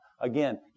Again